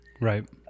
Right